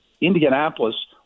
Indianapolis